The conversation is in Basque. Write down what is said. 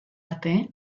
arte